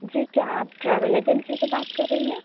جی کیا آپ travel agency سے بات کر رہی ہیں